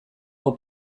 hau